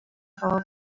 for